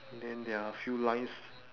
then there are a few lines